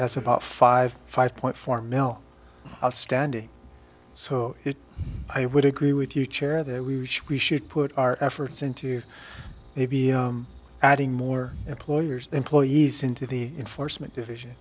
has about five five point four mil outstanding so it i would agree with you chair that we should we should put our efforts into adding more employers employees into the enforcement division